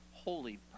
holy